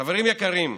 חברים יקרים,